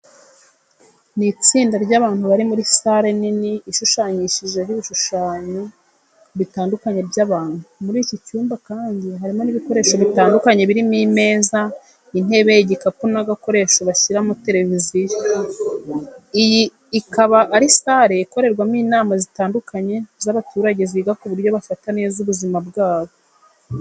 Ni itsinda ry'abantu bari muri sale nini ishushanyijeho ibishushanyo bitandukanye by'abantu. Muri iki cyumba kandi harimo n'ibikoresho bitandukanye birimo imeza, intebe, igikapu n'agakoresho bashyiraho televiziyo. Iyi ikaba ari sale ikorerwamo inama zitandukanye z'abaturage ziga ku buryo bafata neza ubuzima bwabo.